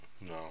No